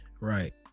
Right